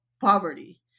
poverty